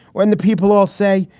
when the people all say,